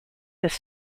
this